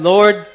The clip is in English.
Lord